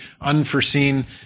unforeseen